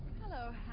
Hello